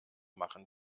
machen